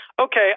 Okay